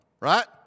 right